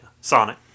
Sonic